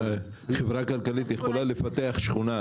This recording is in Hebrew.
חברה כלכלית יכולה לפתח שכונה.